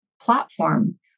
platform